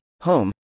home